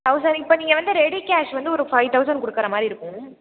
thousand இப்போ நீங்கள் வந்து ரெடி கேஷ் வந்து ஒரு ஃபை தௌசண்ட் கொடுக்குற மாதிரி இருக்கும்